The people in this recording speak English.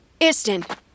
Istin